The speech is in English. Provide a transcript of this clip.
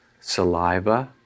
saliva